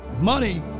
Money